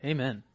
Amen